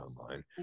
online